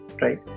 right